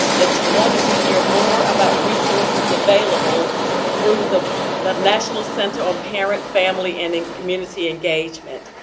that you wanted to hear more about resources available through the the national center on parent, family, and and community engagement.